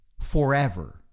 forever